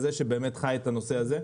שבאמת חי את הנושא הזה.